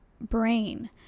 brain